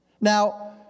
Now